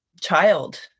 child